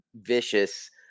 vicious